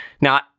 Now